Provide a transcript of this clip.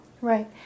Right